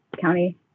County